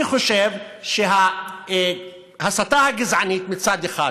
אני חושב שההסתה הגזענית מצד אחד